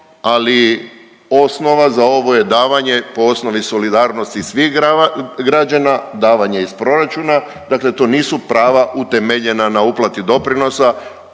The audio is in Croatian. ali osnovan za ovo je davanje po osnovi solidarnosti svih građana, davanje iz proračuna. Dakle, to nisu prava utemeljena na uplati doprinosa